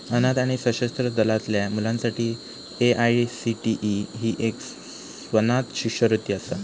अनाथ आणि सशस्त्र दलातल्या मुलांसाठी ए.आय.सी.टी.ई ही एक स्वनाथ शिष्यवृत्ती असा